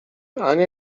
ania